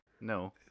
No